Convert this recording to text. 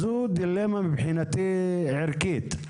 זאת מבחינתי דילמה ערכית.